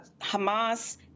Hamas